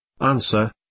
Answer